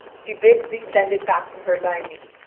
she bids thee send it back to her by me,